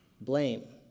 blame